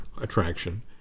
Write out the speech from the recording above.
attraction